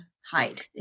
hide